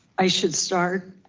i should start?